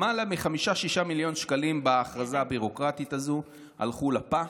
למעלה מ-6-5 מיליון שקלים בהכרזה הביורוקרטית הזו הלכו לפח,